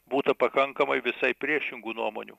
būta pakankamai visai priešingų nuomonių